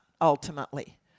ultimately